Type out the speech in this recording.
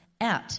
out